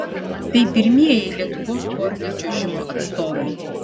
tai pirmieji lietuvos porinio čiuožimo atstovai